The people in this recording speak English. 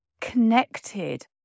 connected